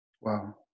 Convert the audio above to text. Wow